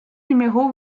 numéro